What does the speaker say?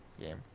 game